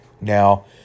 Now